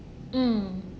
mm